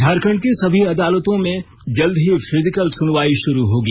झारखंड की सभी अदालतों में जल्द ही फिजिकल सुनवाई शुरू होगी